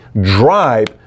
Drive